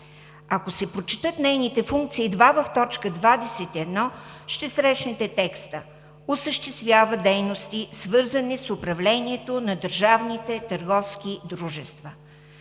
Ако се прочетат нейните функции в т. 21, ще срещнете текста: „Осъществява дейности, свързани с управлението на държавните търговски дружества.“